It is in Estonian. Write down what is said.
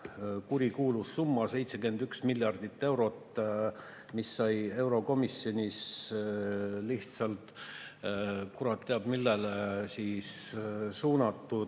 kurikuulus summa, 71 miljardit eurot, mis sai eurokomisjonis lihtsalt kurat teab millele suunatud,